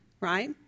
right